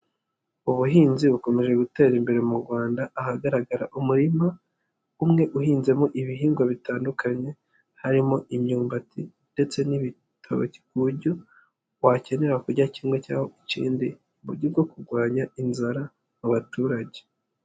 Ubuhinzi bukomeje gutera imbere mu Rwanda, ahagaragara umurima umwe uhinzemo ibihingwa bitandukanye, harimo imyumbati ndetse n'ibitoki ku buryo wakenera kurya kimwe cyangwa ikindi, mu buryo bwo kurwanya inzara mu baturage.